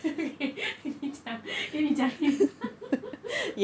okay 给你讲给你讲一下